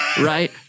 right